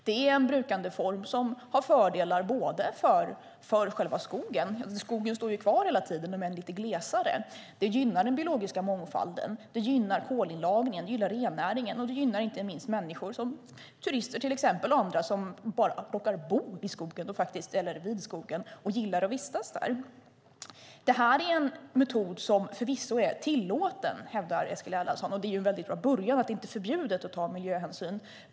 Det är en brukandeform som har fördelar för själva skogen. Skogen står ju kvar hela tiden, om än lite glesare. Det gynnar den biologiska mångfalden, kolinlagringen, rennäringen och inte minst turister och andra människor som bara råkar bo vid skogen och gillar att vistas där. Det här är en metod som förvisso är tillåten, hävdar Eskil Erlandsson, och det är ju en bra början att det inte är förbjudet att ta miljöhänsyn.